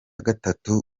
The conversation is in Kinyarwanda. gatatu